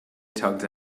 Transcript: tugged